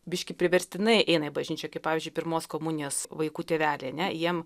biškį priverstinai eina į bažnyčią kaip pavyzdžiui pirmos komunijos vaikų tėveliai ane jiem